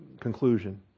conclusion